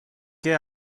que